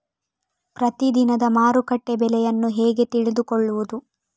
ಪ್ರತಿದಿನದ ಮಾರುಕಟ್ಟೆ ಬೆಲೆಯನ್ನು ಹೇಗೆ ತಿಳಿದುಕೊಳ್ಳುವುದು?